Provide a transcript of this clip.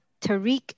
Tariq